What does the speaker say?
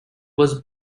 was